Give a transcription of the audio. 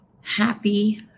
happy